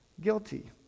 guilty